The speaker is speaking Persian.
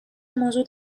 موضع